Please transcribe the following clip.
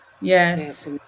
yes